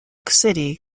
city